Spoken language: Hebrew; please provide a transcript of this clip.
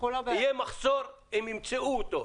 יהיה מחסור, הם ימצאו אותו.